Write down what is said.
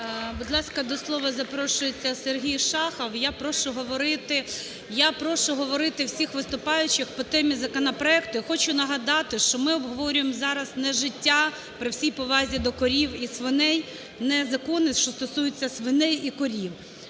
Будь ласка, до слова запрошується Сергій Шахов. Я прошу говорити, я прошу говорити всіх виступаючих по темі законопроекту. І хочу нагадати, що ми обговорюємо зараз не життя, при всій повазі до корів і свиней, не закони, що стосуються свиней і корів,